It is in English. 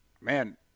man